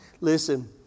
Listen